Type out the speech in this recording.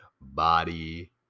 body